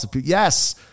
Yes